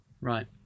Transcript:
Right